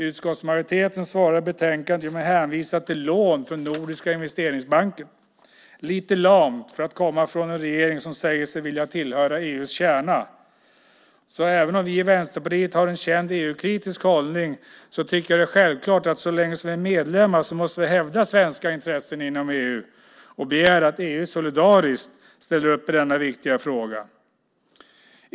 Utskottsmajoriteten svarar i betänkandet genom att hänvisa till lån från Nordiska Investeringsbanken. Det är lite lamt för att komma från en regering som säger sig vilja tillhöra EU:s kärna. Även om vi i Vänsterpartiet har en känt EU-kritisk hållning tycker jag det är självklart att så länge som vi är medlemmar måste vi hävda svenska intressen inom EU och begära att EU solidariskt ställer upp i denna viktiga fråga.